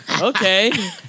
okay